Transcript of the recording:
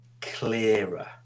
clearer